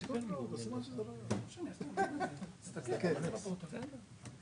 בסעיף 3. הייתי רוצה שתחזור עם תשובה לגבי הערך הצבור.